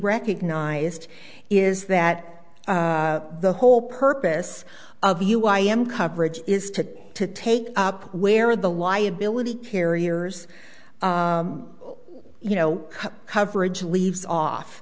recognized is that the whole purpose of you i am coverage is to to take up where the liability carriers you know coverage leaves off